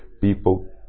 people